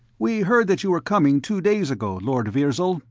we heard that you were coming two days ago, lord virzal,